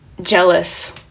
jealous